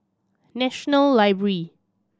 National Library